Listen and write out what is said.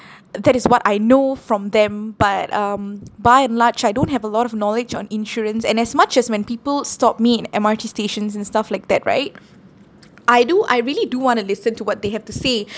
th~ that is what I know from them but um by and large I don't have a lot of knowledge on insurance and as much as when people stop me in M_R_T stations and stuff like that right I do I really do want to listen to what they have to say